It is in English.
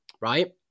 right